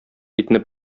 итне